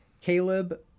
Caleb